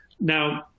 Now